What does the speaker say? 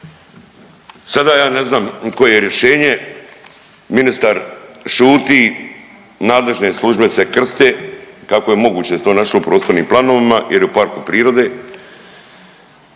Sada ja ne znam koje je rješenje, ministar šuti, nadležne službe se krste kako je moguće da se to našlo u prostornim planovima jer je u parku prirode,